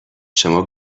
شما